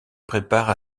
prépare